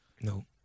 No